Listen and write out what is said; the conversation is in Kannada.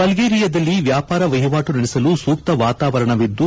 ಬಳ್ಗೇರಿಯಾದಲ್ಲಿ ವ್ಯಾಪಾರ ವಹಿವಾಟು ನಡೆಸಲು ಸೂಕ್ತ ವಾತಾವರಣವಿದ್ದು